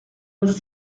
was